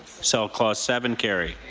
so clause seven carry?